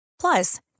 Plus